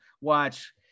watch